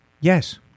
Yes